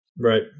Right